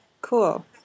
Cool